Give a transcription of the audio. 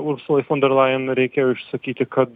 ursulai fon derlajen reikėjo išsakyti kad